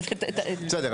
בסדר.